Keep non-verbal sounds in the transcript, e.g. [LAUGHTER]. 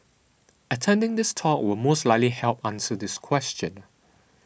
[NOISE] attending this talk will most likely help answer this question